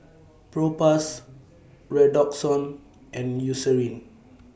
Propass Redoxon and Eucerin